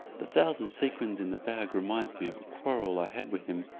the thousand sequins in the bag reminds me of a quarrel i had with him,